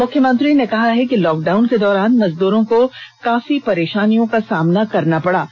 मुख्यमंत्री ने कहा है कि लॉकडाउन के दौरान मजदूरों को काफी परेषानियों का सामना करना पड़ा है